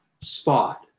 spot